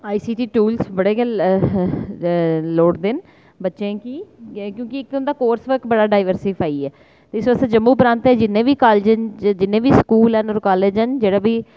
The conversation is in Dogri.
आईसीटी दे टूल्स बड़े गै लोड़दे न बच्चें गी क्योंकि इक्क ते इं'दा कोर्स बड़ा डाईव्रसिव आई गेआ ते इस आस्तै जम्मू प्रांत च जिन्ने बी कॉलेज न जिन्ने बी स्कूल हैन होर कॉलेज हैन जेह्ड़ा बी